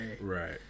right